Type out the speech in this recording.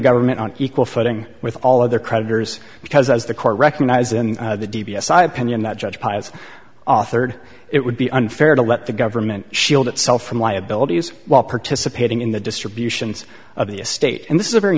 government on equal footing with all other creditors because as the court recognized in the d b s i opinion that judge has authored it would be unfair to let the government shield itself from liabilities while participating in the distributions of the estate and this is a very